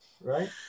right